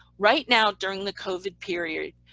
right now during the covid period,